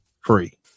free